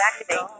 activate